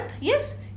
Yes